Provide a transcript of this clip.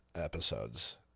episodes